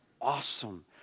awesome